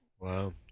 Wow